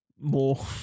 more